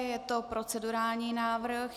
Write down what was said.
Je to procedurální návrh.